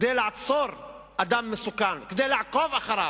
כדי לעצור אדם מסוכן, כדי לעקוב אחריו,